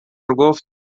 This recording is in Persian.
گفتآیا